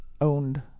owned